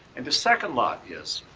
and the second law is,